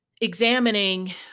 examining